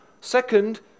Second